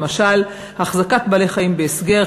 למשל החזקת בעלי-חיים בהסגר,